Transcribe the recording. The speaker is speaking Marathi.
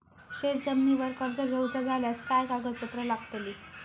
शेत जमिनीवर कर्ज घेऊचा झाल्यास काय कागदपत्र लागतली?